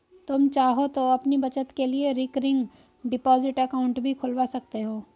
तुम चाहो तो अपनी बचत के लिए रिकरिंग डिपॉजिट अकाउंट भी खुलवा सकते हो